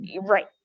Right